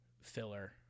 filler